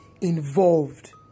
involved